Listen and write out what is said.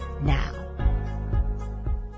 now